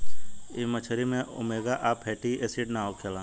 इ मछरी में ओमेगा आ फैटी एसिड ना होखेला